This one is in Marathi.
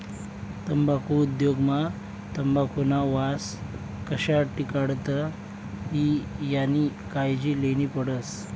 तम्बाखु उद्योग मा तंबाखुना वास कशा टिकाडता ई यानी कायजी लेन्ही पडस